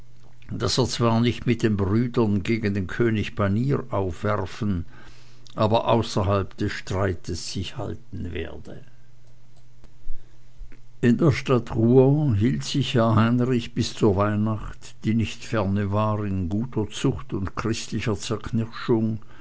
daß er zwar nicht mit den brüdern gegen den könig panier aufwerfen aber außerhalb des streites sich halten werde in der stadt rouen hielt sich herr heinrich bis zur weihnacht die nicht ferne war in guter zucht und christlicher